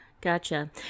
gotcha